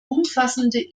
umfassende